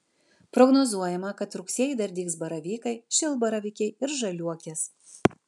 prognozuojama kad rugsėjį dar dygs baravykai šilbaravykiai ir žaliuokės